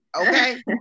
Okay